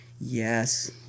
Yes